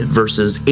verses